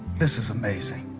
this is amazing.